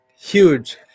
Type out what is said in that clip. Huge